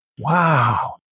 Wow